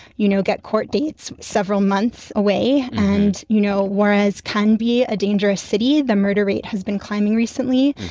you know, get court dates several months away and, you know, juarez can be a dangerous city. the murder rate has been climbing recently,